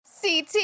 CT